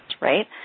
right